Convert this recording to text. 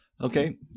Okay